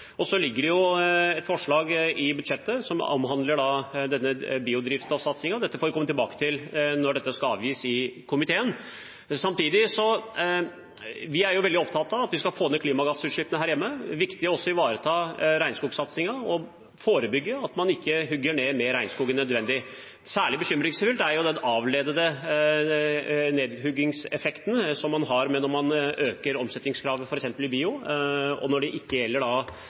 og så ligger det et forslag i budsjettet som omhandler biodrivstoffsatsingen. Dette får vi komme tilbake til når det skal avgis i komiteen. Samtidig er vi veldig opptatt av at vi skal få ned klimagassutslippene her hjemme. Det er også viktig å ivareta regnskogsatsingen og forebygge at man ikke hugger ned mer regnskog enn nødvendig. Særlig bekymringsfullt er den avledede nedhuggingseffekten man har når man øker omsetningskravet for f.eks. biodrivstoff, og særlig når det gjelder